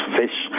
fish